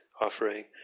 offering